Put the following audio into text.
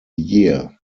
year